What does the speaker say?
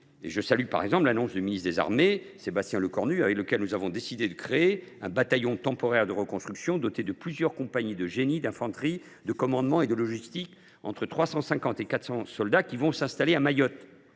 Je salue par exemple l’annonce du ministre des armées Sébastien Lecornu : nous avons décidé, ensemble, de créer un bataillon temporaire de reconstruction doté de plusieurs compagnies de génie, d’infanterie, de commandement et de logistique. Quelque 350 à 400 soldats supplémentaires s’installeront